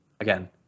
again